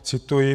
Cituji: